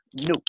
Nope